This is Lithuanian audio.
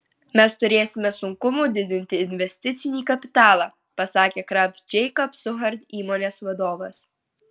mes turėsime sunkumų didinti investicinį kapitalą pasakė kraft jacobs suchard įmonės vadovas